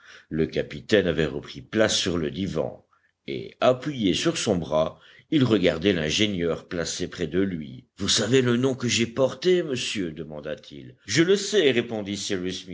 le capitaine avait repris place sur le divan et appuyé sur son bras il regardait l'ingénieur placé près de lui vous savez le nom que j'ai porté monsieur demanda-t-il je le sais répondit